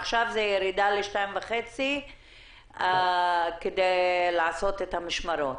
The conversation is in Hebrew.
עכשיו זה ירידה ל-2.5 כדי לעשות את המשמרות.